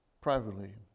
privately